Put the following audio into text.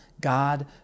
God